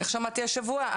איך שמעתי השבוע,